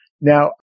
Now